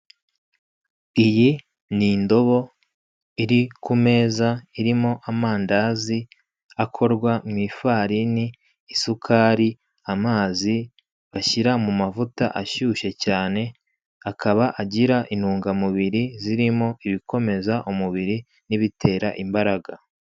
Iyi ni indobo iri ku meza, irimo amandazi akorwa mu ifarini, isukari, amazi, bashyira mu mavuta ashyushye cyane, akaba agira intugamubiri zirimo ibikomeza umubiri n'ibitera imbaraga.